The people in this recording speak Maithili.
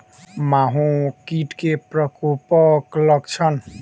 माहो कीट केँ प्रकोपक लक्षण?